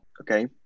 Okay